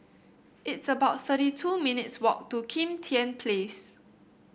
it's about thirty two minutes' walk to Kim Tian Place